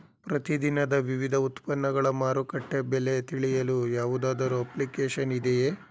ಪ್ರತಿ ದಿನದ ವಿವಿಧ ಉತ್ಪನ್ನಗಳ ಮಾರುಕಟ್ಟೆ ಬೆಲೆ ತಿಳಿಯಲು ಯಾವುದಾದರು ಅಪ್ಲಿಕೇಶನ್ ಇದೆಯೇ?